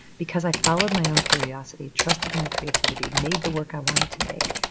because i followed my own curiosity, trusted my creativity, made the work i wanted to make,